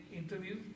interview